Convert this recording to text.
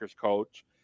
coach